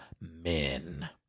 men